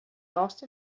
asked